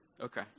Okay